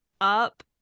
up